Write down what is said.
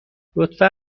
لطفا